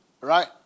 Right